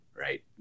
Right